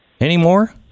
anymore